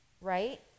right